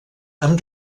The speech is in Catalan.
amb